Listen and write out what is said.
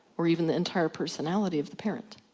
or even the entire personality of the parent.